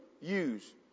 use